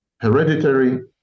hereditary